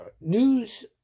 news